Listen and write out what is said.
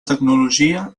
tecnologia